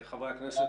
חברי הכנסת.